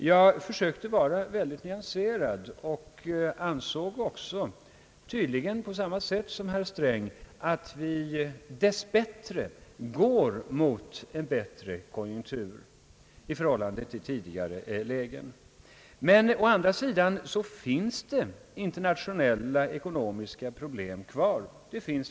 Jag försökte vara nyanserad och ansåg också, tydligen på samma sätt som herr Sträng, att vi dess bättre går mot en bättre konjunktur i förhållande till tidigare lägen. Men å andra sidan finns det fortfarande internationella ekonomiska problem.